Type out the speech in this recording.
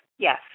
Yes